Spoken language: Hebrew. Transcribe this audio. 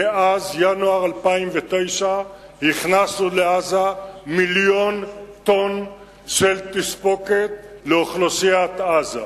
מאז ינואר 2009 הכנסנו לעזה מיליון טונות של תספוקת לאוכלוסיית עזה.